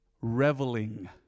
Reveling